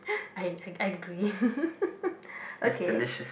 I I agree okay